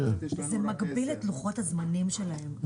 זה מגביל את לוחות הזמנים שלהם.